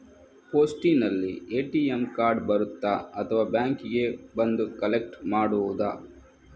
ಪೋಸ್ಟಿನಲ್ಲಿ ATM card ಬರುತ್ತಾ ಅಥವಾ ಬ್ಯಾಂಕಿಗೆ ಬಂದು ಕಲೆಕ್ಟ್ ಮಾಡುವುದು?